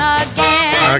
again